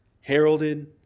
heralded